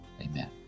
Amen